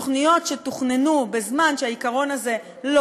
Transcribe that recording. תוכניות שתוכננו בזמן שהעיקרון הזה לא